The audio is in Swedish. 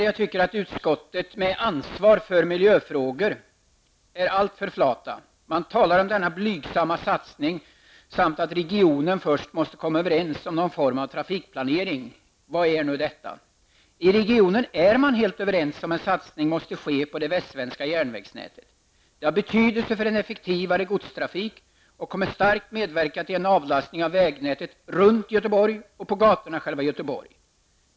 Jag tycker att man inom utskottet med ansvar för miljöfrågor är alltför flat. Man talar om denna blygsamma satsning samt om att man inom regionen först måste komma överens om någon form av trafikplanering. Vad är nu detta? I regionen är man överens om att en satsning måste ske på det västsvenska järnvägsnätet. Det har betydelse för en effektivare godstrafik och kommer starkt att medverka till en avlastning av vägnätet runt Göteborg och på gatorna i själva Göteborg.